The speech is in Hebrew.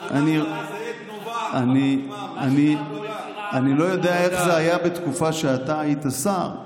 --- איזה עט נובע --- אני לא יודע איך זה היה בתקופה שאתה היית שר,